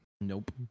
Nope